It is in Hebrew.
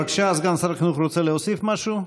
בבקשה, סגן שר החינוך רוצה להוסיף משהו?